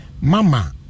Mama